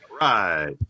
Right